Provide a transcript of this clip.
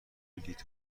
بلیط